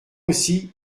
aussi